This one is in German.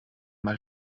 mal